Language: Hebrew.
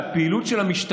אתה אומר שהפעילות של המשטרה